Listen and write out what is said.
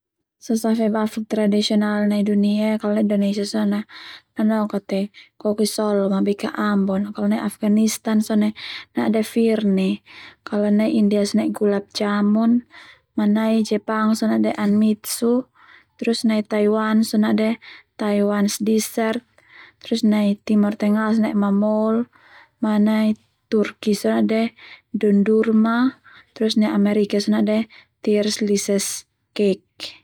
Sasafe bafak tradisional nai dunia ia kalo Indonesia sone nanoka te koki solo, ma bika Ambon a, kalo nai Afganistan sone na'de firnie, Kalo nai India sone na'de gulat jamun, kalo nai Jepang sone na'de anmitsu, Kalo nai Taiwan sone na'de Taiwan dessert, kalo nai timor Tengah sone na'de mamoul, kalo nai turki sone na'de dundurma, kalo nai Amerika sone na'de tirls lises cake.